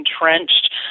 entrenched